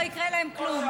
לא יקרה להם כלום.